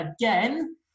Again